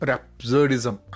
absurdism